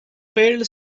fairly